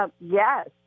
Yes